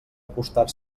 acostar